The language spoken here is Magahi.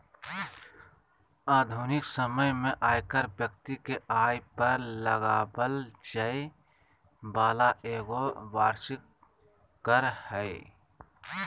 आधुनिक समय में आयकर व्यक्ति के आय पर लगाबल जैय वाला एगो वार्षिक कर हइ